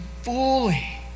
fully